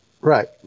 Right